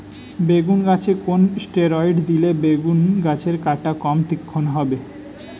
বেগুন গাছে কোন ষ্টেরয়েড দিলে বেগু গাছের কাঁটা কম তীক্ষ্ন হবে?